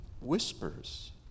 whispers